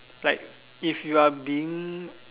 like if you are being